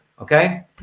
Okay